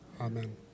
Amen